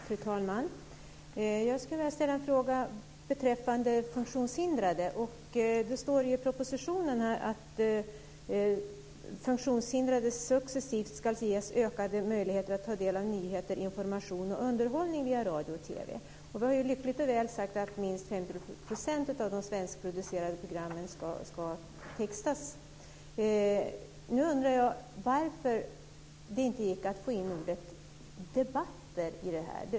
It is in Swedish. Fru talman! Jag skulle vilja ställa en fråga om funktionshindrade. Det står i propositionen att funktionshindrade successivt ska ges ökade möjligheter att ta del av nyheter, information och underhållning via radio och TV. Vi har lyckligt och väl sagt att minst Nu undrar jag varför det inte gick att få in ordet "debatter" i detta mål?